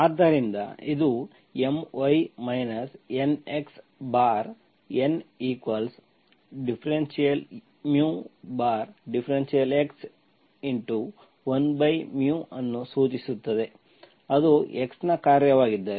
ಆದ್ದರಿಂದ ಇದು My NxNdμdx 1 ಅನ್ನು ಸೂಚಿಸುತ್ತದೆ ಅದು x ನ ಕಾರ್ಯವಾಗಿದ್ದರೆ